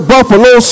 Buffalo